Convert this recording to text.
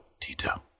Tito